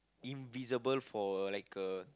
invisible for a like a